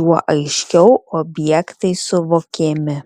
juo aiškiau objektai suvokiami